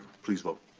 please vote.